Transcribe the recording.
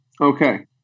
Okay